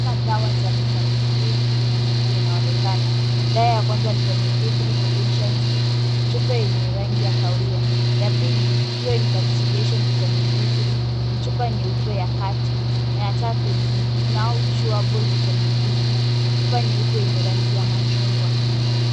Hapa Kwa dawa za vitamini D3 zinaonekana, daya ya kwanza vitamini D3 potentials ni chupa yenye rangi ya kawiaa, ya pili Pure incapsulation vitamini D3 ni chupa nyeupe ya kati, na ya tatu ni kinao chewable vitamini D3, chupa nyeupe yenye rangi ya machungwa.